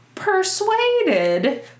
persuaded